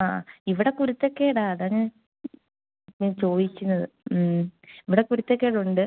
ആ ഇവിടെ കുരുത്തക്കേടാണ് അതാ ഞാൻ ഞാൻ ചോദിക്കുന്നത് മ് ഇവിടെ കുരുത്തക്കേട് ഉണ്ട്